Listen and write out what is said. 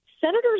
senators